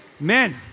amen